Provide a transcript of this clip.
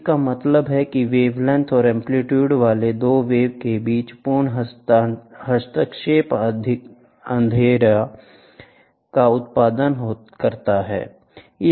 इसका मतलब है कि वेवलेंथ और एम्पलीटूडे वाले 2 वेव के बीच पूर्ण हस्तक्षेप अंधेरे का उत्पादन करता है